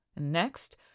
Next